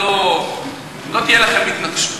לא תהיה לכם התנגשות,